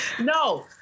No